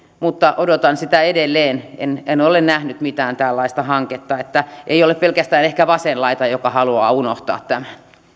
mutta odotan sitä edelleen en en ole nähnyt mitään tällaista hanketta että ei ole ehkä pelkästään vasen laita joka haluaa unohtaa tämän